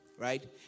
right